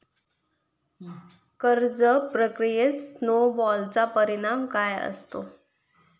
कर्ज प्रक्रियेत स्नो बॉलचा परिणाम काय असतो?